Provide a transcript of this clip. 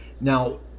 Now